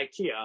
IKEA